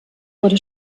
wurde